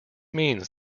means